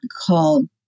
called